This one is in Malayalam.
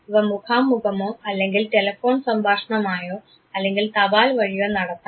ഇവ മുഖാമുഖമോ അല്ലെങ്കിൽ ടെലഫോൺ സംഭാഷണമായോ അല്ലെങ്കിൽ തപാൽ വഴിയോ നടത്താം